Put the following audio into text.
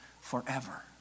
forever